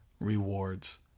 rewards